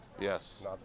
Yes